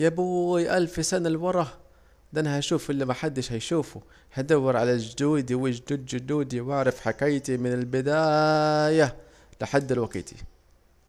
يا ابوووي الف سنة لوره ده انا هشوف الي محدش هيشوفوا هدور على جدودي وجدود جدودي واعرف حكايتي ايه من البدااااية لحد دلوقيتي